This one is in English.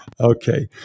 Okay